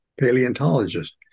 paleontologist